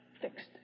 fixed